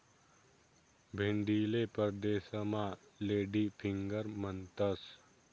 भेंडीले परदेसमा lady finger म्हणतंस